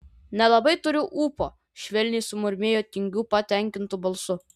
nelabai turiu ūpo švelniai sumurmėjo tingiu patenkintu balsu